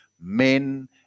men